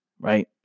Right